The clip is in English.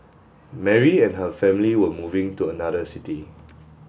Mary and her family were moving to another city